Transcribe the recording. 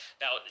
Now